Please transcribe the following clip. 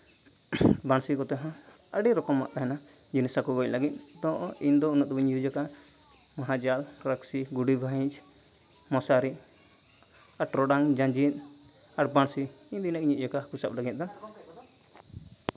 ᱵᱟᱹᱲᱥᱤ ᱠᱚᱛᱮ ᱦᱚᱸ ᱟᱹᱰᱤ ᱨᱚᱠᱚᱢᱟᱜ ᱛᱟᱦᱮᱱᱟ ᱡᱤᱱᱤᱥ ᱦᱟᱹᱠᱩ ᱜᱚᱡ ᱞᱟᱹᱜᱤᱫ ᱛᱚ ᱤᱧ ᱫᱚ ᱩᱱᱟᱹᱜ ᱫᱚ ᱵᱟᱹᱧ ᱤᱭᱩᱡᱽ ᱟᱠᱟᱜᱼᱟ ᱢᱚᱦᱟ ᱡᱟᱞ ᱨᱟᱹᱠᱥᱤ ᱜᱩᱰᱤ ᱵᱟᱹᱦᱤᱡ ᱢᱚᱥᱟᱨᱤ ᱟᱨ ᱴᱚᱨᱚᱰᱟᱝ ᱡᱟᱹᱡᱤᱨ ᱟᱨ ᱵᱟᱹᱲᱥᱤ ᱤᱱᱟᱹᱜ ᱜᱮᱧ ᱤᱭᱩᱡᱽ ᱟᱠᱟᱜᱼᱟ ᱦᱟᱹᱠᱩ ᱥᱟᱵ ᱞᱟᱹᱜᱤᱫ ᱫᱚ